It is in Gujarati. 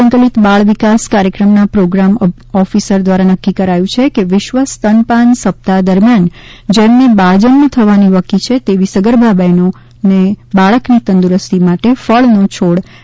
સંકલિત બાળ વિકાસ કાર્યક્રમના પ્રોગ્રામ ઓફિસર દ્વારા નક્કી કરાયું છે કે વિશ્વ સ્તનપાન સપ્તાહ દરમ્યાન જેમને બાળ જન્મ થવાની વકી છે તેવી સગર્ભા બહેનોને બાળકની તંદુરસ્તી માટે ફળનો છોડ આપવામાં આવશે